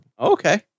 okay